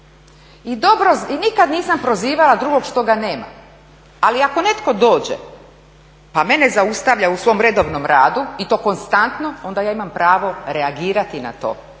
i nikad nisam prozivala drugog što ga nema, ali ako netko dođe pa mene zaustavlja u svom redovnom radu i to konstantno onda ja imam pravo reagirati na to.